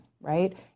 right